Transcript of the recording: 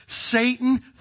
Satan